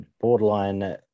borderline